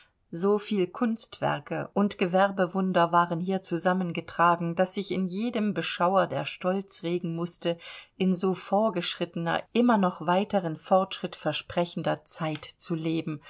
so viel kunstwerke und gewerbewunder waren hier zusammengetragen daß sich in jedem beschauer der stolz regen mußte in so vorgeschrittener immer noch weiteren fortschritt versprechender zeit zu leben